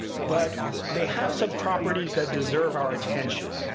but they have some properties that deserve our attention.